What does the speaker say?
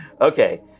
Okay